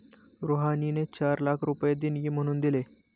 रुहानीने चार लाख रुपये देणगी म्हणून दिले